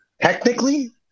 Technically